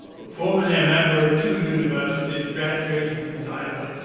formally a member of two universities graduating from neither,